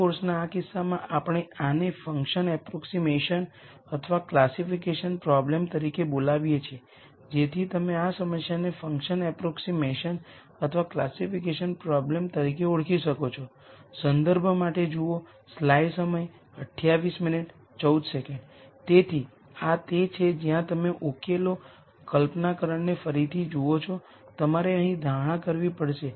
આ કોર્સના આ કિસ્સામાં આપણે આને ફંકશન અપ્રોક્ઝીમેશન અથવા ક્લાસિફિકેશન પ્રોબ્લેમ તરીકે બોલાવીએ છીએ જેથી તમે આ સમસ્યાને ફંકશન અપ્રોક્ઝીમેશન અથવા ક્લાસિફિકેશન પ્રોબ્લેમ તરીકે ઓળખી શકો છો તેથી આ તે છે જ્યાં તમે ઉકેલો કલ્પનાકરણને ફરીથી જુઓ છો તમારે અહીં ધારણા કરવી પડશે